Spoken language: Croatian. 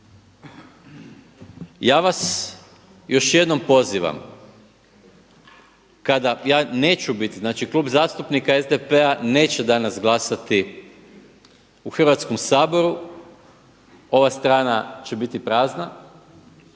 Ja vas još jednom pozivam kada, ja neću biti, znači Klub zastupnika SPD-a neće danas glasati u Hrvatskom saboru, ova strana će biti prazna,